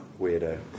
weirdo